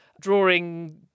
drawing